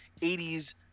80s